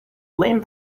blamed